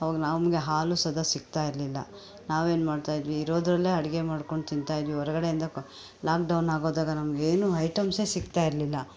ಅವಾಗ ನಮಗೆ ಹಾಲು ಸಹ ಸಿಗ್ತಾ ಇರ್ಲಿಲ್ಲ ನಾವು ಏನು ಮಾಡ್ತಾಯಿದ್ವಿ ಇರೋದರಲ್ಲೇ ಅಡುಗೆ ಮಾಡ್ಕೊಂಡು ತಿಂತಾ ಇದ್ವಿ ಹೊರಗಡೆಯಿಂದ ಕ ಲಾಕ್ ಡೌನ್ ಆಗೋದಾಗ ನಮಗೇನು ಐಟಮ್ಸೆ ಸಿಕ್ತಾ ಇರ್ಲಿಲ್ಲ